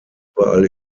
überall